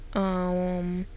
um